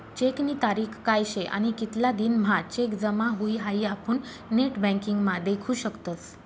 चेकनी तारीख काय शे आणि कितला दिन म्हां चेक जमा हुई हाई आपुन नेटबँकिंग म्हा देखु शकतस